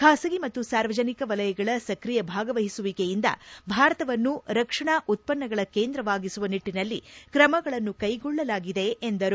ಖಾಸಗಿ ಮತ್ತು ಸಾರ್ವಜನಿಕ ವಲಯಗಳ ಸಕ್ರಿಯ ಭಾಗವಹಿಸುವಿಕೆಯಿಂದ ಭಾರತವನ್ನು ರಕ್ಷಣಾ ಉತ್ತನ್ನಗಳ ಕೇಂದ್ರವಾಗಿಸುವ ನಿಟ್ಟಿನಲ್ಲಿ ಕ್ರಮಗಳನ್ನು ಕೈಗೊಳ್ಳಲಾಗಿದೆ ಎಂದರು